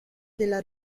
della